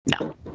no